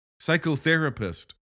psychotherapist